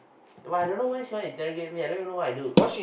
but I don't know why she want interrogate me I don't even know what I do